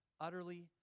Utterly